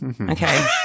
Okay